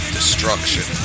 Destruction